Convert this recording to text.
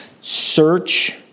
Search